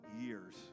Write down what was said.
years